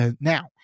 now